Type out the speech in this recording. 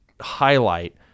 highlight